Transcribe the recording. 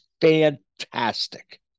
fantastic